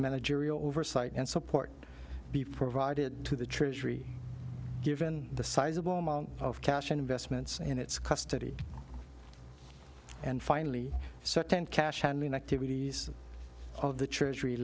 managerial oversight and support be provided to the treasury given the sizable amount of cash investments and its custody and finally so ten cash handling activities of the treasury